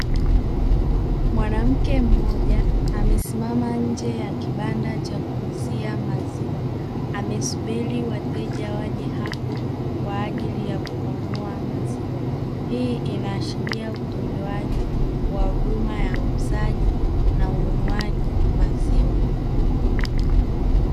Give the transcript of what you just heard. Mwanamke mmoja amesimama nje ya kibanda cha kuuzia maziwa, amesubiri wateja waje hapo kwa ajili ya kununua maziwa. Hii inaashiria utolewaji wa huduma ya uuzaji na ununuaji maziwa.